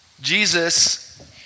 Jesus